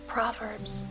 Proverbs